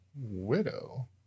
widow